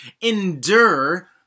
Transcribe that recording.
endure